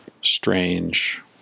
strange